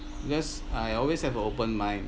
because I always have a open mind